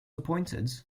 appointed